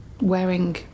wearing